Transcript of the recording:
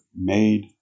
made